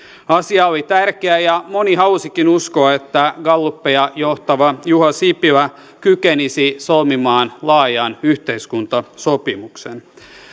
asia oli tärkeä ja moni halusikin uskoa että gallupeja johtava juha sipilä kykenisi solmimaan laajan yhteiskuntasopimuksen